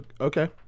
Okay